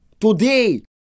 today